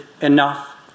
enough